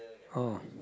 oh